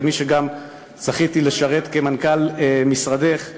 כמי שגם זכה לשרת כמנכ"ל משרדך,